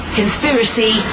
conspiracy